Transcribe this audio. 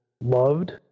loved